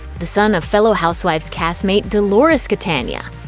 the son of fellow housewives cast mate dolores catania.